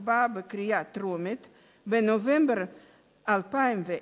בהצבעה בקריאה טרומית בנובמבר 2010,